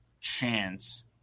chance